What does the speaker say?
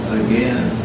again